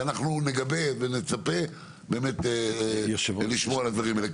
ואנחנו נגבה ונצפה באמת לשמוע על הדברים האלה.